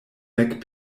nek